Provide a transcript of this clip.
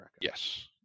Yes